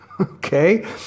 okay